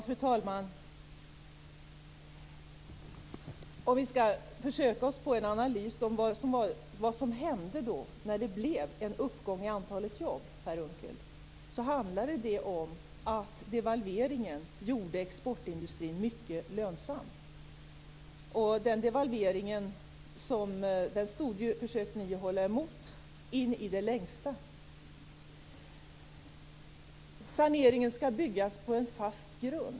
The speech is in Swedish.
Fru talman! Om vi skall försöka oss på en analys av vad som hände när det blev en uppgång i antalet jobb, Per Unckel, så handlade det om att devalveringen gjorde exportindustrin mycket lönsam. Den devalveringen försökte ni i det längsta hålla emot. Saneringen skall bygga på fast grund.